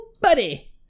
Buddy